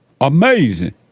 Amazing